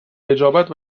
نجابت